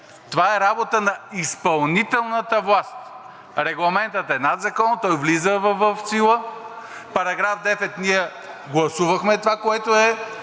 Това е работа на изпълнителната власт. Регламентът е над закона, той влиза в сила. По § 10 ние гласувахме това, което е